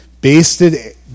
basted